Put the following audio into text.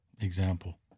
Example